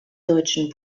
deutschen